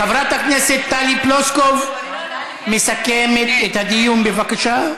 חברת הכנסת טלי פלוסקוב מסכמת את הדיון, בבקשה.